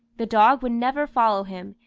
the dog would never follow him,